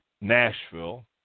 Nashville